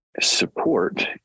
support